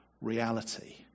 reality